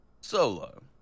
Solo